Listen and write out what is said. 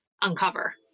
uncover